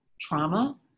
trauma